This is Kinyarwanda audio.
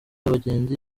abagenzi